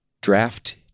Draft